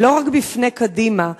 ולא רק בפני קדימה,